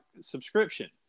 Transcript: subscription